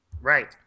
Right